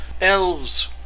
elves